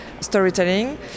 storytelling